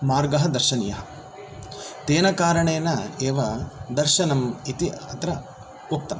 मार्गः दर्शनीयः तेन कारणेन एव दर्शनम् इति अत्र उक्तम्